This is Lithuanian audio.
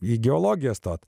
į geologiją stoti